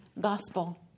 gospel